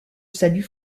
salut